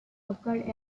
occurred